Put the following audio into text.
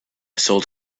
sold